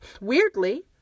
weirdly